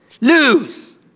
lose